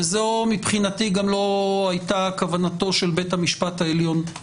וזו מבחינתי גם לא הייתה כוונתנו של בית המשפט העליון.